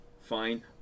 fine